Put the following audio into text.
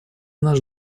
наш